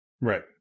Right